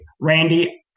Randy